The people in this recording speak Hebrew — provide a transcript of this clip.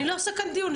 אני לא עושה כאן דיון.